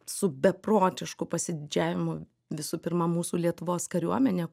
su beprotišku pasididžiavimu visų pirma mūsų lietuvos kariuomene